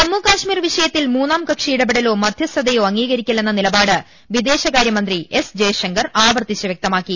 ജമ്മു കശ്മീർ വിഷയത്തിൽ മൂന്നാം കക്ഷി ഇടപെടലോ മദ്ധ്യ സ്ഥതയോ അംഗീകരിക്കില്ലെന്ന നിലപാട് വിദേശ കാര്യമന്ത്രി എസ് ജയ്ശങ്കർ ആവർത്തിച്ച് വ്യക്തമാക്കി